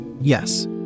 Yes